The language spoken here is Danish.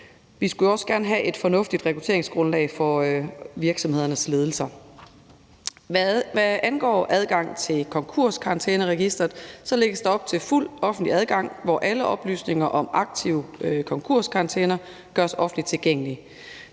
Vi skulle jo også gerne have et fornuftigt rekrutteringsgrundlag for virksomhedernes ledelser. Hvad angår adgang til konkurskarantæneregisteret, lægges der op til fuld offentlig adgang, hvor alle oplysninger om aktive konkurskarantæner gøres offentligt tilgængelige.